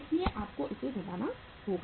इसलिए आपको इसे घटाना होगा